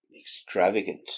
extravagant